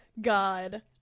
God